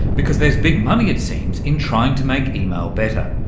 because there's big money it seems in trying to make email better.